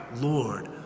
Lord